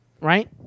Right